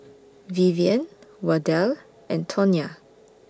Vivian Wardell and Tonya